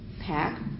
pack